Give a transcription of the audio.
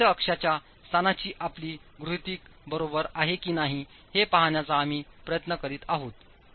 तर तटस्थ अक्षांच्या स्थानाची आपली गृहितक बरोबर आहे की नाही हे पाहण्याचा आम्ही प्रयत्न करीत आहोत